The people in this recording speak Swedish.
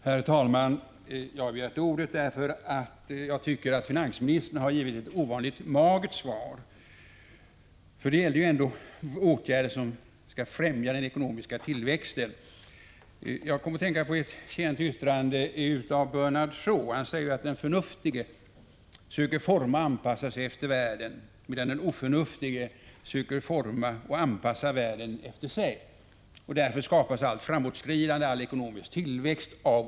Herr talman! Jag har begärt ordet därför att jag tycker att finansministern har givit ett ovanligt magert svar. Det gällde ju ändå åtgärder som skall främja den ekonomiska tillväxten. Jag kom att tänka på ett känt yttrande av George Bernard Shaw. Han sade = Prot. 1985/86:123 ju att den förnuftige söker forma och anpassa sig efter världen, medan den 22 april 1986 oförnuftige söker forma och anpassa världen efter sig, och därför skapas allt framåtskridande och all ekonomisk tillväxt av oförnuftiga.